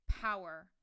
power